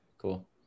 Cool